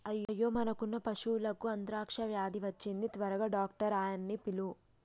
అయ్యో మనకున్న పశువులకు అంత్రాక్ష వ్యాధి వచ్చింది త్వరగా డాక్టర్ ఆయ్యన్నీ పిలువు